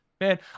Man